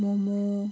momo